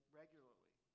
regularly